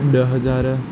ॾह हज़ार